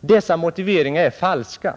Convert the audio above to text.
Dessa motiveringar är falska.